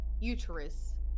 uterus